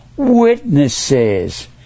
witnesses